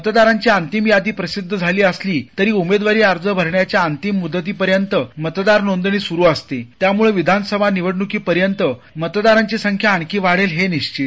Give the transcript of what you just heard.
मतदारांची अंतिम यादी प्रसिद्ध झाली असली तरी उमेदवारी अर्जभरण्याच्या अंतिम मुदतीपर्यंत मतदार नोंदणी सुरू असते त्यामुळं विधानसभानिवडणुकीपर्यंत मतदारांची संख्या आणखी वाढेल हे निश्वित